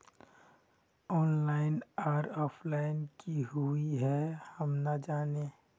Online आर offline की हुई है हम ना जाने?